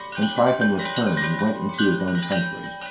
and tryphon returned, and went into his own country.